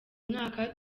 mwaka